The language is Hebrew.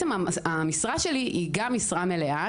והמשרה שלי היא גם משרה מלאה,